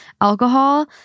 alcohol